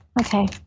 Okay